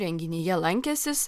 renginyje lankęsis